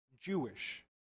jewish